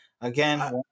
again